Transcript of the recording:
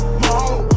more